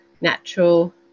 natural